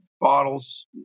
bottles